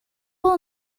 will